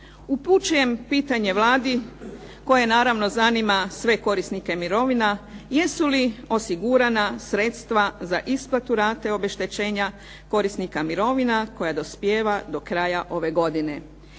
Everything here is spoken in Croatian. Upućujem pitanje Vladi koje naravno zanima sve korisnike mirovina jesu li osigurana sredstva za isplatu rate obeštećenja korisnika mirovina koja dospijeva do kraja ove godine.